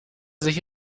sich